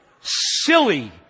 Silly